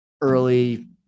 early